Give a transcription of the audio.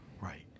Right